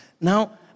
Now